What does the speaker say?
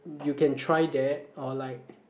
you can try that or like